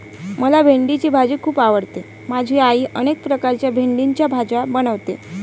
मला भेंडीची भाजी खूप आवडते माझी आई अनेक प्रकारच्या भेंडीच्या भाज्या बनवते